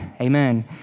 Amen